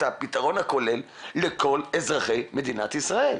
הפתרון הכולל לכל אזרחי מדינת ישראל.